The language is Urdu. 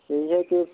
ٹھیک ہے پھر